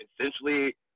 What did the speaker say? essentially